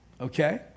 Okay